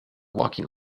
walking